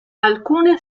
alcune